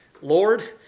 Lord